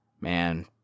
Man